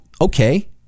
okay